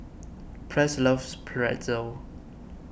Press loves Pretzel